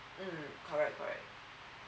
mm correct correct